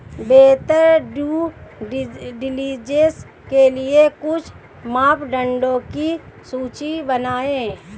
बेहतर due diligence के लिए कुछ मापदंडों की सूची बनाएं?